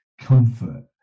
comfort